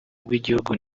rw’igihugu